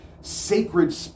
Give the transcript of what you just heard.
sacred